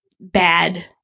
bad